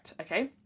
okay